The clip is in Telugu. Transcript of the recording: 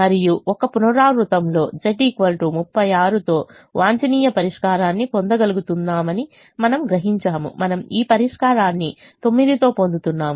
మరియు ఒక పునరావృతంలో z 36 తో వాంఛనీయ పరిష్కారాన్ని పొందగలుగుతున్నామని మనము గ్రహించాము మనము ఈ పరిష్కారాన్ని 9 తో పొందుతాము